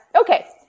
Okay